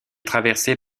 traversé